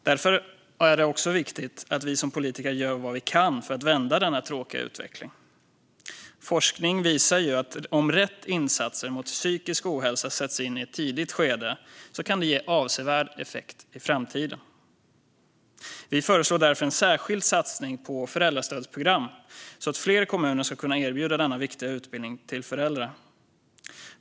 Därför är det viktigt att vi som politiker gör vad vi kan för att vända denna tråkiga utveckling. Forskning visar att om rätt insatser mot psykisk ohälsa sätts in i ett tidigt skede kan det ge avsevärd effekt i framtiden. Vi föreslår därför en särskild satsning på föräldrastödsprogram, så att fler kommuner ska kunna erbjuda denna viktiga utbildning till föräldrar.